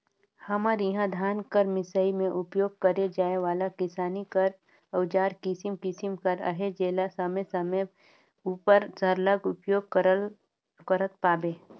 हमर इहा धान कर मिसई मे उपियोग करे जाए वाला किसानी कर अउजार किसिम किसिम कर अहे जेला समे समे उपर सरलग उपियोग करत पाबे